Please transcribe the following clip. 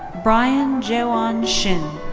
brian jaewon shin.